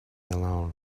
alone